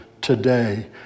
today